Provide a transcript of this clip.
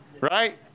right